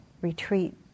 retreat